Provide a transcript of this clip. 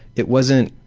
it wasn't,